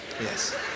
Yes